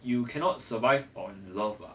you cannot survive on love ah